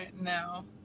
now